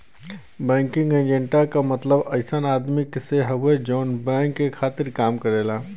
banking agent क मतलब अइसन आदमी से हउवे जौन बैंक के खातिर काम करेला